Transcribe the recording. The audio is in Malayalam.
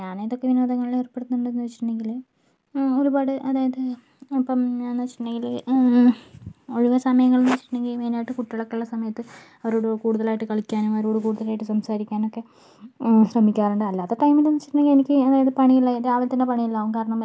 ഞാനെന്തൊക്കെ വിനോദങ്ങളിൽ ഏർപ്പെടുന്നുണ്ട് എന്ന് ചോദിച്ചിട്ടുണ്ടെങ്കിൽ ഒരുപാട് അതായത് ഇപ്പം ഞാൻ എന്ന് വെച്ചിട്ടുണ്ടെങ്കിൽ ഒഴിവ് സമയങ്ങൾ എന്ന് വെച്ചിട്ടുണ്ടെങ്കിൽ മെയിനായിട്ട് കുട്ടികളൊക്കെയുള്ള സമയത്ത് അവരോട് കൂടുതലായിട്ട് കളിക്കാനും അവരോട് കൂടുതലായിട്ട് സംസാരിക്കാനൊക്കെ ശ്രമിക്കാറുണ്ട് അല്ലാത്ത ടൈമിൽ എന്ന് വെച്ചിട്ടുണ്ടെങ്കിൽ എനിക്ക് അതായത് പണിയുള്ള രാവിലെ തന്നെ പണീലാവും കാരണം